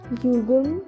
jugum